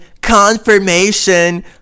Confirmation